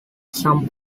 some